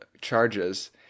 charges